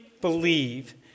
believe